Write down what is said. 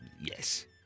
Yes